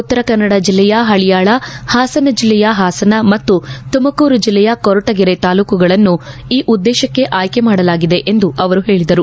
ಉತ್ತರ ಕನ್ನಡ ಜಿಲ್ಲೆಯ ಪಳಿಯಾಳ ಪಾಸನ ಜಿಲ್ಲೆಯ ಪಾಸನ ಮತ್ತು ಶುಮಕೂರು ಜಿಲ್ಲೆಯ ಕೊರಟಗೆರೆ ತಾಲೂಕುಗಳನ್ನು ಈ ಉದ್ದೇಶಕ್ಕೆ ಆಯ್ಕೆ ಮಾಡಲಾಗಿದೆ ಎಂದು ಅವರು ಹೇಳಿದರು